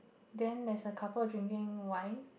then there is a couple of drinking wine